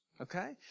okay